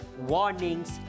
warnings